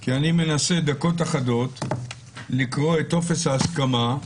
כי אני מנסה דקות אחדות לקרוא את טופס ההסכמה.